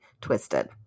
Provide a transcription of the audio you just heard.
twisted